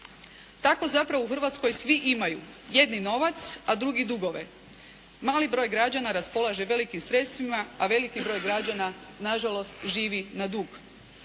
Tako zapravo u Hrvatskoj svi imaju jedni novac a drugi dugove. Mali broj građana raspolaže velikim sredstvima a veliki broj građana nažalost živi na dug.